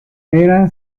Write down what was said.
era